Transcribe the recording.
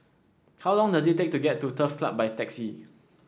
how long does it take to get to Turf Club by taxi